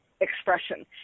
expression